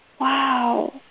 Wow